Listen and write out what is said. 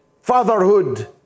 fatherhood